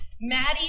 Maddie